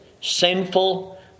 sinful